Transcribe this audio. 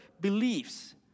beliefs